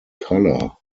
color